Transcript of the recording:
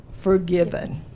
forgiven